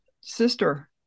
sister